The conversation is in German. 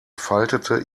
faltete